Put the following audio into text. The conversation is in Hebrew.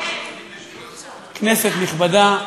כנסת נכבדה,